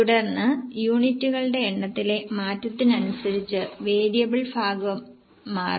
തുടർന്ന് യൂണിറ്റുകളുടെ എണ്ണത്തിലെ മാറ്റത്തിനനുസരിച്ച് വേരിയബിൾ ഭാഗം മാറും